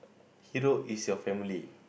hero is your family